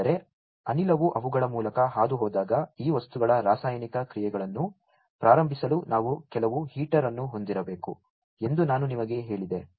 ಏಕೆಂದರೆ ಅನಿಲವು ಅವುಗಳ ಮೂಲಕ ಹಾದುಹೋದಾಗ ಈ ವಸ್ತುಗಳ ರಾಸಾಯನಿಕ ಪ್ರಕ್ರಿಯೆಗಳನ್ನು ಪ್ರಾರಂಭಿಸಲು ನಾವು ಕೆಲವು ಹೀಟರ್ ಅನ್ನು ಹೊಂದಿರಬೇಕು ಎಂದು ನಾನು ನಿಮಗೆ ಹೇಳಿದೆ